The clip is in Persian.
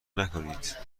نکنید